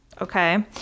okay